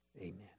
Amen